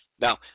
Now